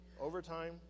overtime